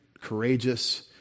courageous